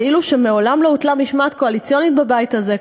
כאילו שמעולם לא הוטלה משמעת קואליציונית בבית הזה,